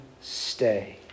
stay